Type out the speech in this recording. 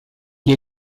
gli